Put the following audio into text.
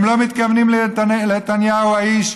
הם לא מתכוונים לנתניהו האיש,